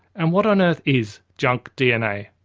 and what on earth is junk dna?